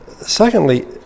Secondly